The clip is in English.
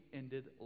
ended